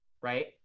right